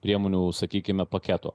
priemonių sakykime paketo